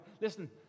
Listen